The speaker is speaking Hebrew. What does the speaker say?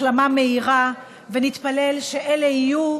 החלמה מהירה ונתפלל שאלה יהיו,